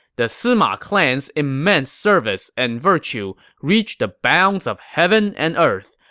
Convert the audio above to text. the sima clan's immense service and virtue reach the bounds of heaven and earth,